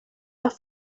las